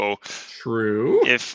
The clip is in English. True